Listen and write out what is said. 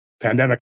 pandemic